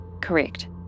Correct